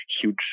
huge